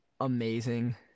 amazing